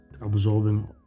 absorbing